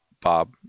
Bob